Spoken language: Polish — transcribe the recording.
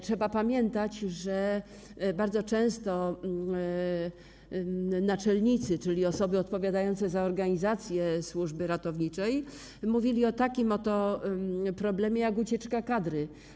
Trzeba pamiętać, że bardzo często naczelnicy, czyli osoby odpowiadające za organizację służby ratowniczej, mówili o takim problemie jak ucieczka kadry.